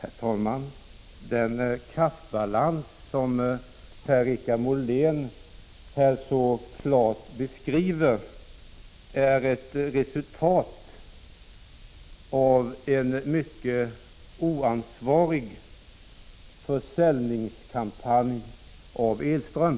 Herr talman! Den kraftbalans som Per-Richard Molén här så klart beskriver är ett resultat av en mycket oansvarig försäljningskampanj för elström.